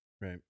Right